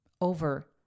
over